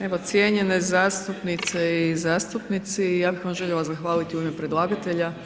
Evo, cijenjenje zastupnice i zastupnici, ja bih vam željela zahvaliti u ime predlagatelja…